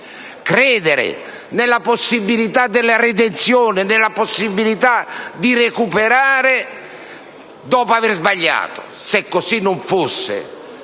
credere nella possibilità delle redenzione e di recuperare dopo aver sbagliato. Se così non fosse,